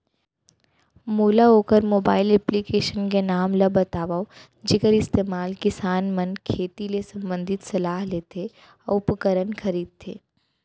मोला वोकर mobile application के नाम ल बतावव जेखर इस्तेमाल किसान मन खेती ले संबंधित सलाह लेथे अऊ उपकरण खरीदथे?